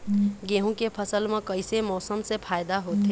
गेहूं के फसल म कइसे मौसम से फायदा होथे?